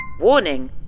Warning